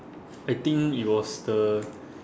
I think it was the